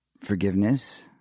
forgiveness